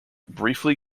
briefly